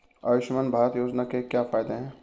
आयुष्मान भारत योजना के क्या फायदे हैं?